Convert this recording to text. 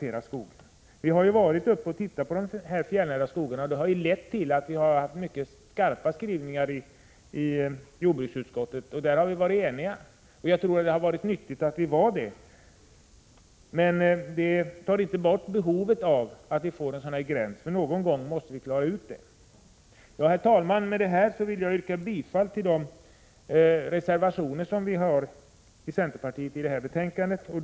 Jordbruksutskottet har ju varit uppe och tittat på de fjällnära skogarna, och det har lett till mycket skarpa skrivningar från utskottet som vi har varit eniga om. Jag tror att det varit nyttigt att vi varit överens därvidlag, men det tar inte bort behovet av en naturvårdsgräns, för någon gång måste detta klaras ut. Herr talman! Med det här vill jag yrka bifall till de reservationer som centerpartiets representanter i jordbruksutskottet har avgivit till betänkandet.